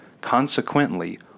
Consequently